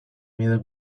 mide